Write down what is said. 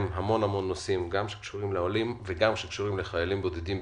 המון נושאים שקשורים לעולים ולחיילים בודדים.